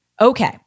Okay